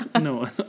No